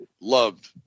loved